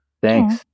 Thanks